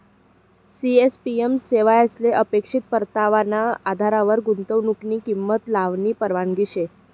CAPM येवसायले अपेक्षित परतावाना आधारवर गुंतवनुकनी किंमत लावानी परवानगी शे